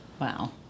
Wow